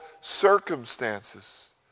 circumstances